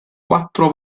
quattro